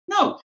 No